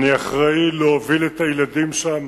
אני אחראי להוביל את הילדים שם